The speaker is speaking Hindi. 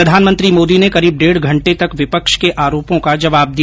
प्रधानमंत्री मोदी ने करीब डेढ घंटे तक विपक्ष के आरोपो का जवाब दिया